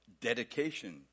dedication